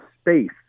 space